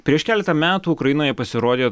prieš keletą metų ukrainoje pasirodė